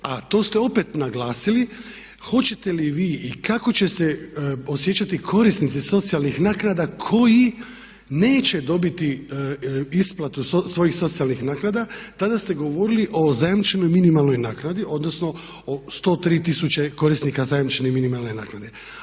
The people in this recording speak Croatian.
a to ste opet naglasili hoćete li vi i kako će se osjećati korisnici socijalnih naknada koji neće dobiti isplatu svojih socijalnih naknada, tada ste govorili o zajamčenoj minimalnoj naknadi odnosno o 103 tisuće korisnika zajamčene minimalne naknade.